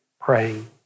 praying